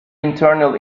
internal